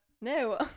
no